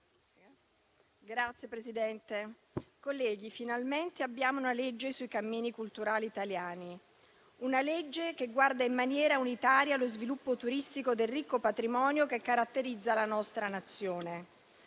Signor Presidente, colleghi, finalmente abbiamo una legge sui cammini culturali italiani; una legge che guarda in maniera unitaria allo sviluppo turistico del ricco patrimonio che caratterizza la nostra Nazione,